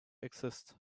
exists